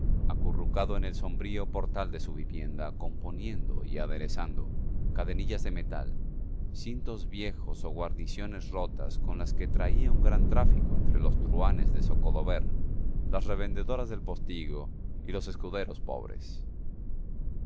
acurrucado en el sombrío portal de su vivienda componiendo y aderezando cadenillas de metal cintos viejos o guarniciones rotas con las que traía un gran tráfico entre los truhanes de zocodover las revendedoras del postigo y los escuderos pobres